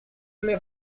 play